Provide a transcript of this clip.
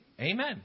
Amen